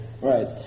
right